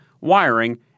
wiring